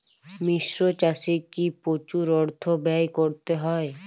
মিশ্র চাষে কি প্রচুর অর্থ ব্যয় করতে হয়?